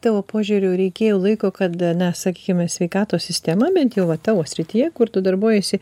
tavo požiūriu reikėjo laiko kad na sakykime sveikatos sistema bent jau va tavo srityje kur tu darbuojiesi